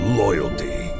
loyalty